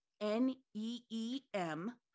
N-E-E-M